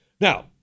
Now